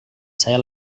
saya